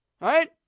right